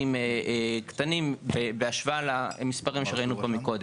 קטנים בהשוואה למספרים שראינו פה מקודם.